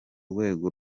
rwego